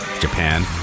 Japan